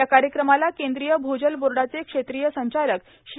या कार्यक्रमाला केंद्रीय भूजल बोर्डाचे क्षेत्रिय संचालक श्री